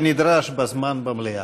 כנדרש, בזמן במליאה.